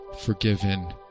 forgiven